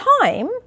time